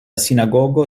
sinagogo